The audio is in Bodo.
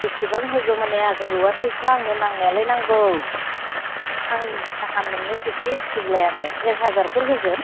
बेसेबां होगोन माने आगै आंनो रुवाथिखो नांनायालाय नांगौ आं नोंनो बेसे होसिगोनलाय आंलाय एक हाजारफोर होगोन